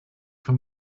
for